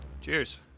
Cheers